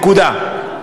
נקודה.